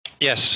Yes